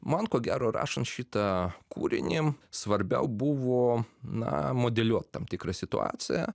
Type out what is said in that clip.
man ko gero rašant šitą kūrinį svarbiau buvo na modeliuot tam tikrą situaciją